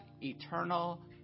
eternal